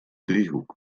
driehoek